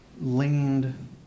leaned